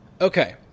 Okay